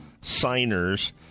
signers